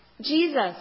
Jesus